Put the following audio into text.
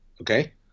Okay